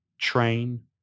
train